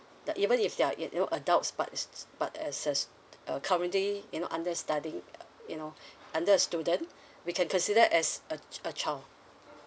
the even if they are you you know adults but as as but as a st~ uh currently you know understudying you know under a student we can consider as a a child